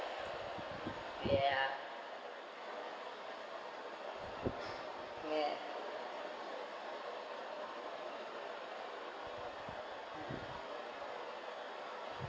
ya ya